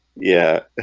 yeah,